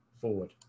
forward